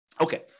Okay